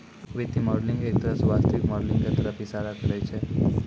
वित्तीय मॉडलिंग एक तरह स वास्तविक मॉडलिंग क तरफ इशारा करै छै